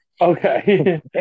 Okay